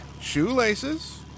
shoelaces